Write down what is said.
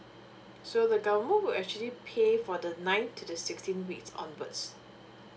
so the government would actually pay for the ninth to the sixteen weeks onwards